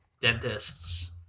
dentists